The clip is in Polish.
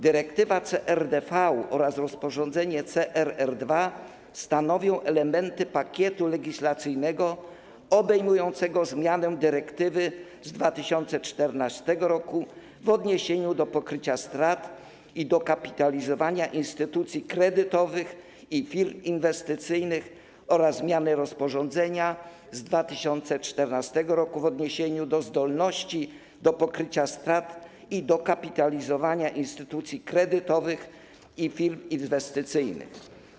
Dyrektywa CRD V oraz rozporządzenie CRR II stanowią elementy pakietu legislacyjnego obejmującego zmiany dyrektywy z 2014 r. w odniesieniu do zdolności do pokrycia strat i dokapitalizowania instytucji kredytowych i firm inwestycyjnych oraz zmiany rozporządzenia z 2014 r. w odniesieniu do zdolności do pokrycia strat i dokapitalizowania instytucji kredytowych i firm inwestycyjnych.